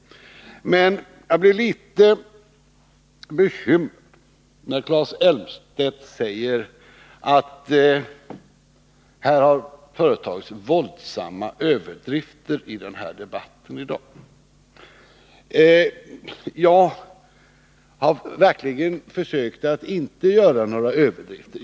Men jag blev litet bekymrad när Claes Elmstedt sade att det har förekommit våldsamma överdrifter i debatten här i dag. Jag har verkligen försökt att inte göra mig skyldig till några överdrifter.